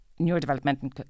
neurodevelopmental